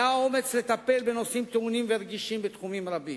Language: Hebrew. היה אומץ לטפל בנושאים טעונים ורגישים בתחומים רבים: